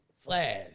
Flash